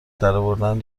درآوردن